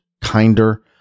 kinder